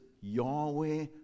Yahweh